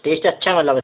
test अच्छा मतलब उसका